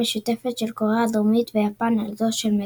המשותפת של קוריאה הדרומית ויפן על זו של מקסיקו.